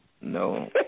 No